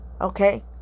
okay